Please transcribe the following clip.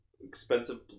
expensive